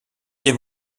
des